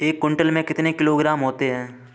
एक क्विंटल में कितने किलोग्राम होते हैं?